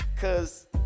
Cause